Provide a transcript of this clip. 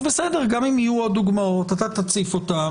אם יהיו עוד דוגמות, תציף אותן.